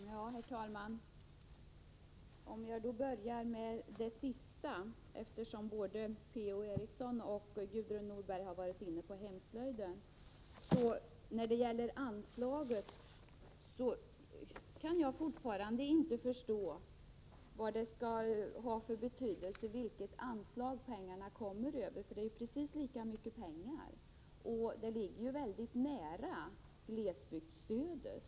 Prot. 1987/88:119 Herr talman! Jag vill börja med det senaste, nämligen hemslöjden, 11 maj 1988 eftersom både Per-Ola Eriksson och Gudrun Norberg berörde denna fråga. Jag kan fortfarande inte förstå vad det har för betydelse över vilket anslag rea es js som pengar kommer. Det är fråga om precis lika mycket pengar. Detta ontråde RN anslag ligger ju mycket nära glesbygdsstödet.